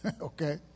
Okay